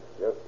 Yes